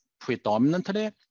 predominantly